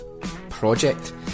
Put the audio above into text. project